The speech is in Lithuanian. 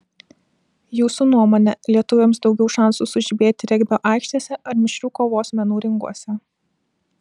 jūsų nuomone lietuviams daugiau šansų sužibėti regbio aikštėse ar mišrių kovos menų ringuose